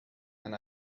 and